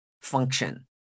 function